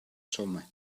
summer